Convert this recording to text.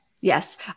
Yes